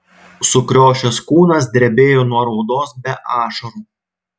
sukriošęs kūnas drebėjo nuo raudos be ašarų